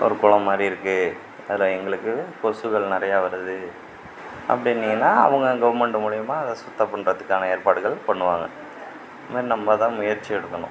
ஒரு குளம் மாதிரி இருக்கு அதில் எங்களுக்கு கொசுக்கள் நிறையா வருது அப்படினீங்கனா அவங்க கவர்மெண்ட்டு மூலியமா அதை சுத்தம் பண்ணுறதுக்கான ஏற்பாடுகள் பண்ணுவாங்க இந்மாரி நம்ப தான் முயற்சி எடுக்கணும்